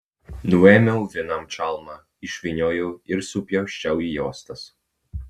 nuėmiau vienam čalmą išvyniojau ir supjausčiau į juostas